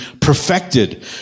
perfected